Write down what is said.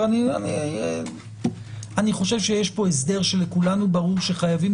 אני חושב שיש פה הסדר שלכולנו ברור שחייבים